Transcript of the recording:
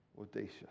audacious